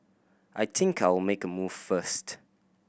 I think I'll make a move first